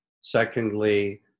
Secondly